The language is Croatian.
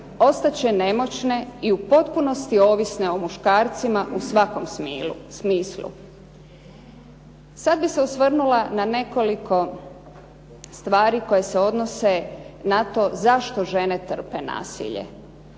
ostat će nemoćne i u potpunosti ovisne o muškarcima u svakom smislu. Sad bih se osvrnula ne nekoliko stvari koje se odnose na to zašto žene trpe nasilje.